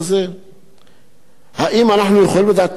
האם אנחנו יכולים לדעת מי הזכיין בפרויקט הזה?